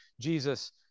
Jesus